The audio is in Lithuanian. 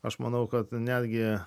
aš manau kad netgi